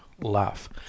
laugh